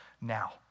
now